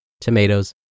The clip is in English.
tomatoes